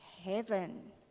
heaven